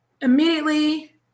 Immediately